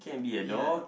ya